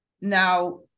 now